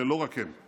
לא רק הם,